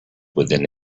within